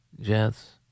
Jets